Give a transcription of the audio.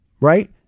right